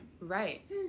Right